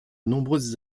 nombreuses